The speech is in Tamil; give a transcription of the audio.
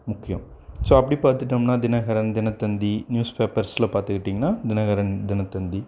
முக்கியம் ஸோ அப்படி பார்த்துட்டோம்னா தினகரன் தினத்தந்தி நியூஸ் பேப்பர்ஸில் பார்த்துக்கிட்டிங்கன்னா தினகரன் தினத்தந்தி